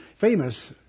famous